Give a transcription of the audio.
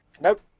Nope